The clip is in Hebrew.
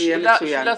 זה יהיה מצוין.